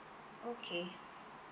okay